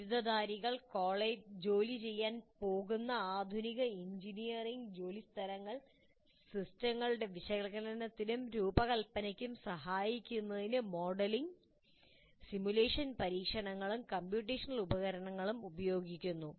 ബിരുദധാരികൾ ജോലി ചെയ്യാൻ പോകുന്ന ആധുനിക എഞ്ചിനീയറിംഗ് ജോലിസ്ഥലങ്ങൾ സിസ്റ്റങ്ങളുടെ വിശകലനത്തിനും രൂപകൽപ്പനയ്ക്കും സഹായിക്കുന്നതിന് മോഡലിംഗ് സിമുലേഷൻ പരിശീലനങ്ങളും കമ്പ്യൂട്ടേഷണൽ ഉപകരണങ്ങളും ഉപയോഗിക്കുന്നു